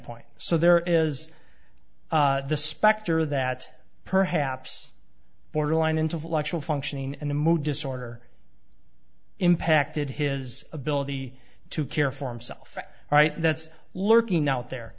point so there is the specter that perhaps borderline intellectual functioning and the mood disorder impacted his ability to care for him self right that's lurking out there